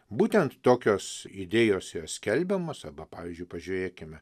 būtent tokios idėjos yra skelbiamos arba pavyzdžiui pažiūrėkime